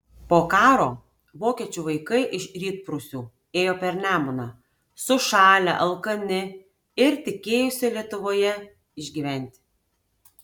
po karo vokiečių vaikai iš rytprūsių ėjo per nemuną sušalę alkani ir tikėjosi lietuvoje išgyventi